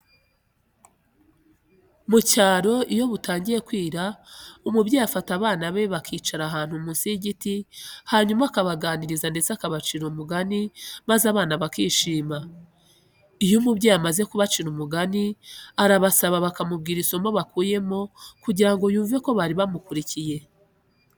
Mu cyaro iyo butangiye kwira umubyeyi afata abana be bakicara ahantu munsi y'igiti hanyuma akabaganiriza ndetse akabacira umugani maze abana bakishima. Iyo umubyeyi amaze kubacira umugani arabasaba bakamubwira isomo bakuyemo kugira ngo yumve ko bari bamukurikiye.